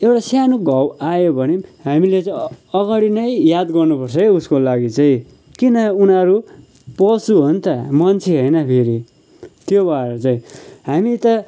एउटा सानो घाउ आयो भने पनि हामीले चाहिँ अगडि नै याद गर्नुपर्छ है उसको लागि चाहिँ किन उनीहरू पशु हो नि त मान्छे होइन फेरि त्यो भएर चाहिँ हामी त